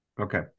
Okay